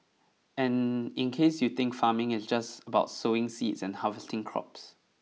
and in case you think farming is just about sowing seeds and harvesting crops